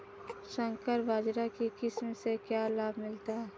संकर बाजरा की किस्म से क्या लाभ मिलता है?